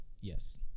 Yes